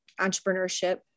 entrepreneurship